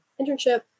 internship